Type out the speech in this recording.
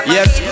Yes